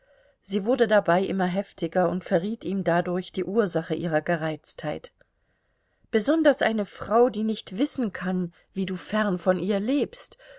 sie wurde dabei immer heftiger und verriet ihm dadurch die ursache ihrer gereiztheit besonders eine frau die nicht wissen kann wie du fern von ihr lebst